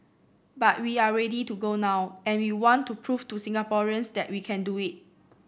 but we are ready to go now and we want to prove to Singaporeans that we can do it